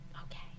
Okay